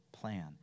plan